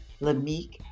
LaMique